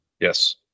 Yes